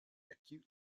acute